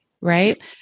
right